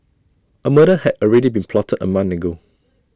A murder had already been plotted A month ago